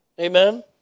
amen